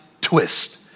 twist